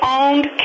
owned